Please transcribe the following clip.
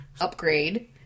Upgrade